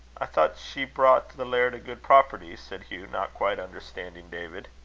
i thought she brought the laird a good property, said hugh, not quite understanding david.